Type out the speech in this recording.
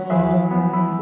on